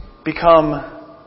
become